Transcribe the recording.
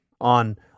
on